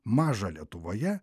mažą lietuvoje